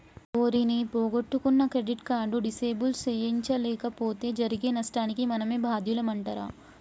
ఓరి నీ పొగొట్టుకున్న క్రెడిట్ కార్డు డిసేబుల్ సేయించలేపోతే జరిగే నష్టానికి మనమే బాద్యులమంటరా